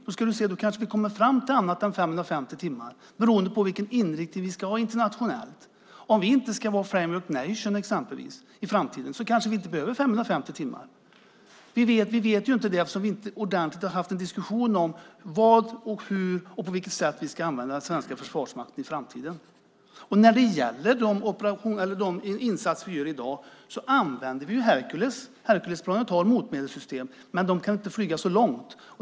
Då kanske vi kommer fram till något annat än 550 timmar, beroende på vilken inriktning vi ska ha internationellt. Om vi inte ska vara framework nation exempelvis i framtiden kanske vi inte behöver 550 timmar. Vi vet inte det eftersom vi inte har haft en ordentlig diskussion om på vilket sätt vi ska använda den svenska försvarsmakten i framtiden. När det gäller de insatser vi gör i dag använder vi ju Hercules. Herculesplanen har motmedelssystem, men de kan inte flyga så långt.